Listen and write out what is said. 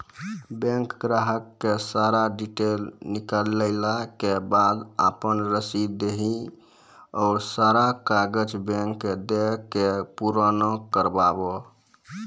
Bank ग्राहक के सारा डीटेल निकालैला के बाद आपन रसीद देहि और सारा कागज बैंक के दे के पुराना करावे?